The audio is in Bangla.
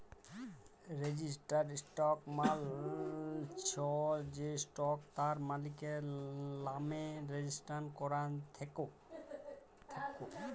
রেজিস্টার্ড স্টক মালে চ্ছ যে স্টক তার মালিকের লামে রেজিস্টার করাক থাক্যে